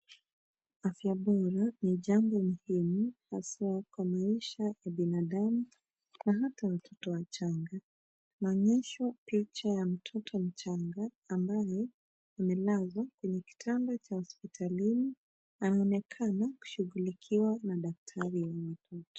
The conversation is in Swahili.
Afya bora ni jambo muhimu, haswa kwa maisha ya binadamu, na hata watoto wachanga. Maonyesho picha ya mtoto mchanga, ambaye amelazwa kwenye kitanda cha hospitalini. Anaonekana kushughulikiwa na daktari wa watoto.